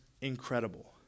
incredible